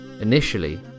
Initially